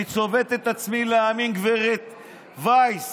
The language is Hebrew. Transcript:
אני צובט את עצמי להאמין: גב' ויס,